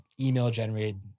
email-generated